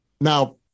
Now